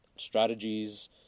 strategies